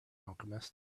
alchemist